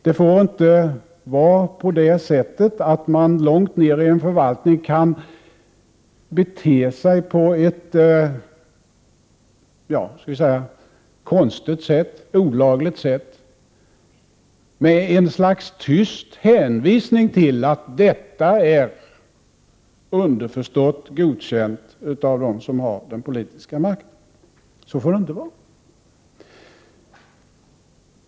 Det får inte vara på det sättet, att man långt ner i en förvaltning kan bete sig på ett, skall vi säga olagligt sätt med ett slags tyst hänvisning till att detta är, underförstått, godkänt av dem som har den politiska makten. Så får det inte vara.